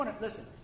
Listen